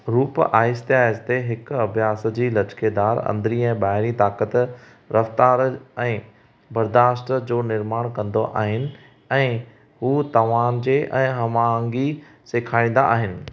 रूप आहिस्ते आहिस्ते हिक अभ्यास जी लचकेदार अंदरीं ऐं ॿाहिरीं ताक़त रफ़्तार ऐं बरदाश्ति जो निर्माणु कंदो आहिनि ऐं हू तव्हांजे ऐं हमाहंगी सेखारींदा आहिनि